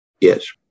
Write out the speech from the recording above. Yes